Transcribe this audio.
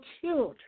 children